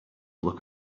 look